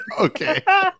Okay